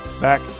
back